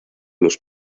los